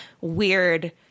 weird